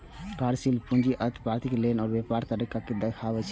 कार्यशील पूंजी अल्पावधिक लेल व्यापारक तरलता कें दर्शाबै छै